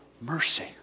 mercy